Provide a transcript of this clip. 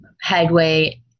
headway